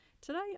Today